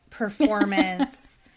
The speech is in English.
performance